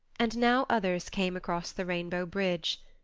and now others came across the rainbow bridge.